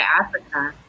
Africa